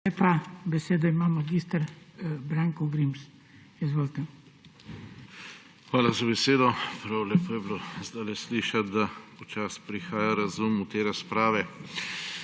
Hvala za besedo. Prav lepo je bilo zdajle slišati, da počasi prihaja razum v te razprave.